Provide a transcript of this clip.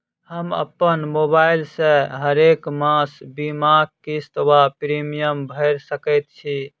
हम अप्पन मोबाइल सँ हरेक मास बीमाक किस्त वा प्रिमियम भैर सकैत छी?